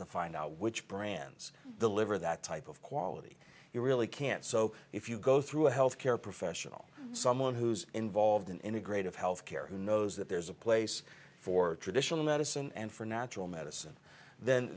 to find out which brands deliver that type of quality you really can't so if you go through a health care professional someone who's involved in integrated health care who knows that there's a place for traditional medicine and for natural medicine then